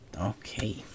Okay